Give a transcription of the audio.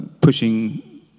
pushing